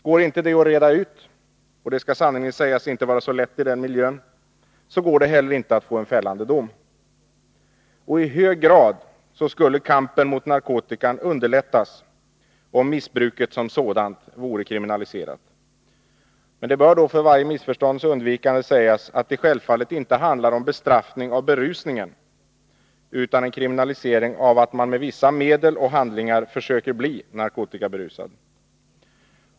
Går det inte att reda ut detta, och det är sannerligen inte så lätt i den miljö det här är fråga om, går det inte heller att få en fällande dom. Kampen mot narkotikan skulle i hög grad underlättas, om missbruket som sådant vore kriminaliserat. Det bör då för varje missförstånds undvikande sägas att det sj Ilvfallet inte handlar om bestraffning av berusningen utan om en kriminalisering av att man med vissa medel och handlingar försöker bli narkotikaberusad.